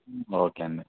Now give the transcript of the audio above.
okay అండి